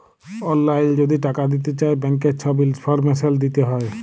অললাইল যদি টাকা দিতে চায় ব্যাংকের ছব ইলফরমেশল দিতে হ্যয়